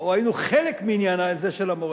או היינו חלק מהעניין הזה של המורשת,